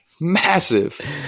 Massive